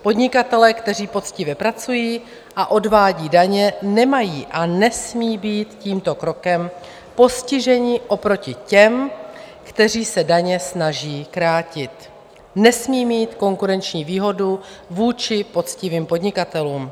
Podnikatelé, kteří poctivě pracují a odvádí daně, nemají a nesmí být tímto krokem postiženi, oproti těm, kteří se daně snaží krátit nesmí mít konkurenční výhodu vůči poctivým podnikatelům.